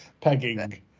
Pegging